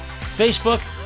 Facebook